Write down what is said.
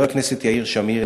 חבר הכנסת יאיר שמיר,